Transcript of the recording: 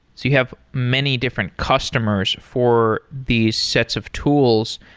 you have many different customers for these sets of tools.